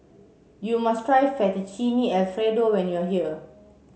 you must try Fettuccine Alfredo when you are here